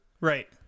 Right